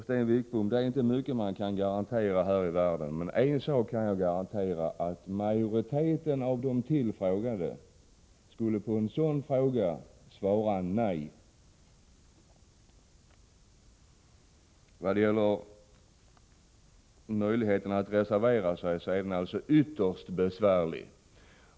Det är inte mycket man kan garantera här i världen, Sten Wickbom, men jag kan garantera att majoriteten av de tillfrågade skulle svara nej på en sådan fråga. Möjligheterna att reservera sig finns, men det är ytterst besvärligt.